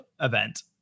event